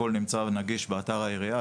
הכול נמצא ונגיש באתר העירייה.